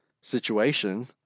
situation